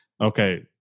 okay